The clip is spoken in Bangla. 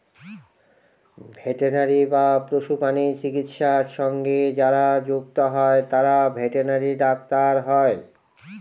ভেটেনারি বা পশুপ্রাণী চিকিৎসা সঙ্গে যারা যুক্ত হয় তারা ভেটেনারি ডাক্তার হয়